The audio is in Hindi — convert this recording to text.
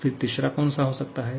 फिर तीसरा कौन सा हो सकता है